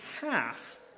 half